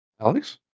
Alex